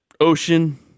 Ocean